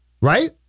right